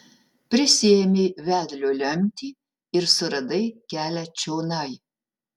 prisiėmei vedlio lemtį ir suradai kelią čionai